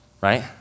right